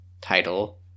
title